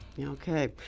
Okay